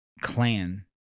Clan